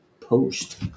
Post